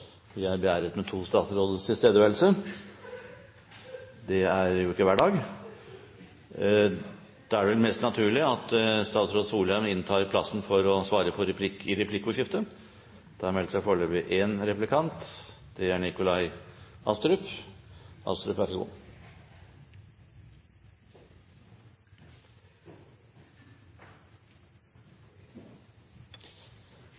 vi er beæret med to statsråders tilstedeværelse – det er jo ikke hver dag! Da er det vel mest naturlig at statsråd Solheim inntar plassen for å svare på replikker i replikkordskiftet. Egentlig kunne jeg tenkt meg å stille denne replikken til statsråden fra Senterpartiet, fordi det